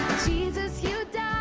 jesus, you